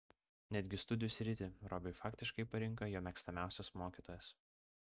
netgi studijų sritį robiui faktiškai parinko jo mėgstamiausias mokytojas